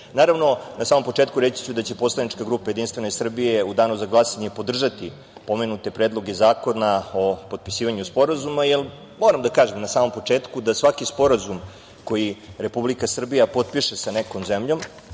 odbrane. Na samom početku reći ću da će Poslanička grupa JS u danu za glasanje podržati pomenute predloge zakona o potpisivanju sporazuma jer moram da kažem na samom početku da svaki sporazum koji Republika Srbija potpiše sa nekom zemljom